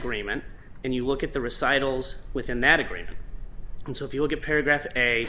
agreement and you look at the recitals within that agreement and so if you look at paragraph a